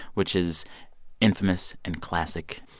which is infamous and classic.